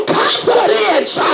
confidence